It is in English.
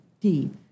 deep